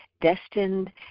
destined